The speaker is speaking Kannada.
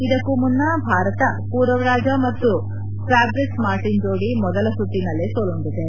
ಇದಕ್ಕೂ ಮುನ್ನ ಭಾರತ ಪೂರವ್ ರಾಜಾ ಮತ್ತು ಫ್ನಾಬ್ರಿಸ್ ಮಾರ್ಟಿನ್ ಜೋಡಿ ಮೊದಲ ಸುತ್ತಿನಲ್ಲೇ ಸೋಲುಂಡಿದೆ